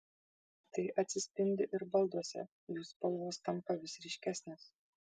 tai atsispindi ir balduose jų spalvos tampa vis ryškesnės